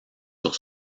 sur